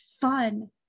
fun